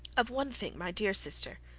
of one thing, my dear sister,